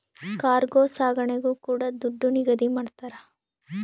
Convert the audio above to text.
cargo ಸಾಗಣೆಗೂ ಕೂಡ ದುಡ್ಡು ನಿಗದಿ ಮಾಡ್ತರ